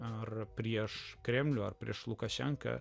ar prieš kremlių ar prieš lukašenką